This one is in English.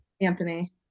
Anthony